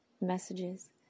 messages